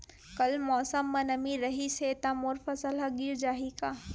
कल मौसम म नमी रहिस हे त मोर फसल ह गिर जाही का?